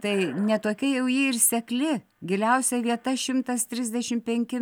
tai ne tokia jau ji ir sekli giliausia vieta šimtas trisdešim penki